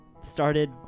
started